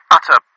Utter